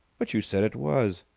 but you said it was.